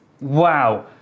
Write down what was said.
Wow